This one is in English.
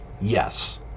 Yes